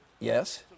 Yes